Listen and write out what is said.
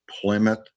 Plymouth